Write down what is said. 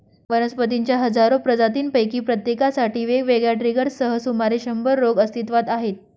वनस्पतींच्या हजारो प्रजातींपैकी प्रत्येकासाठी वेगवेगळ्या ट्रिगर्ससह सुमारे शंभर रोग अस्तित्वात आहेत